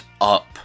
up